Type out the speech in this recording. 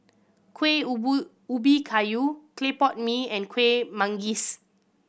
kuih ubi kayu clay pot mee and Kueh Manggis